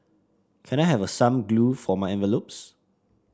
can I have some glue for my envelopes